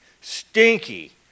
stinky